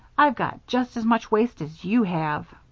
i've got just as much waist as you have.